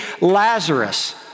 Lazarus